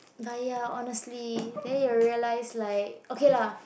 but ya honestly then you realise like okay lah